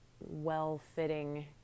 well-fitting